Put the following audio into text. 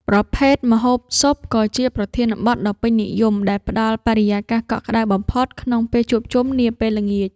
ប្រភេទម្ហូប ស៊ុប ក៏ជាប្រធានបទដ៏ពេញនិយមដែលផ្ដល់បរិយាកាសកក់ក្ដៅបំផុតក្នុងពេលជួបជុំនាពេលល្ងាច។